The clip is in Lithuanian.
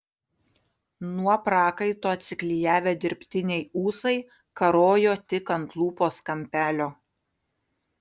nuo prakaito atsiklijavę dirbtiniai ūsai karojo tik ant lūpos kampelio